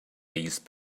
these